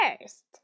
first